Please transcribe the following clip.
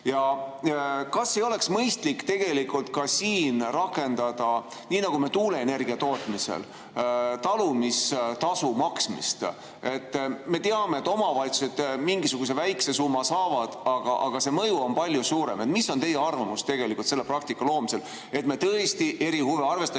Kas ei oleks mõistlik ka siin rakendada, nii nagu tuuleenergia tootmisel, talumistasu maksmist? Me teame, et omavalitsused mingisuguse väikese summa saavad, aga mõju on palju suurem. Mis on teie arvamus selle praktika loomisel, et me tõesti eri huve arvestaksime,